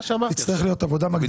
תצטרך להיות עבודה מקדימה.